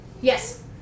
yes